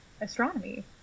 astronomy